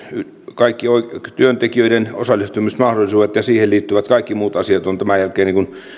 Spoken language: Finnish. työntekijöiden osallistumismahdollisuudet ja siihen liittyvät kaikki muut asiat on tämän jälkeen